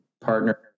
partner